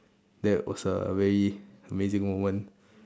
that was a very amazing moment